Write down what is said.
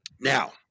Now